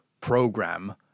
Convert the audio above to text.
program